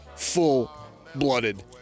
Full-blooded